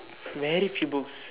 very few books